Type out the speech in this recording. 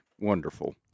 wonderful